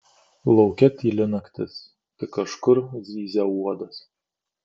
lauke tyli naktis tik kažkur zyzia uodas